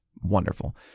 wonderful